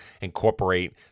incorporate